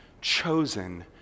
chosen